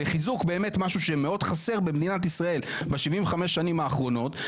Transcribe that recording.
לחיזוק באמת משהו שמאוד חסר במדינת ישראל ב-75 השנים האחרונות,